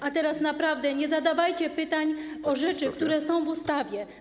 A teraz naprawdę nie zadawajcie pytań o rzeczy, które są w ustawie.